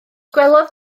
gwelodd